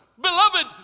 Beloved